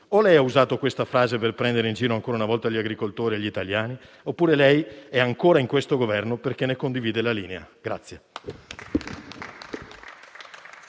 o lei ha usato questa frase per prendere in giro ancora una volta gli agricoltori e gli italiani oppure lei è ancora in questo Governo perché ne condivide la linea.